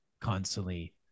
constantly